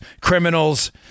criminals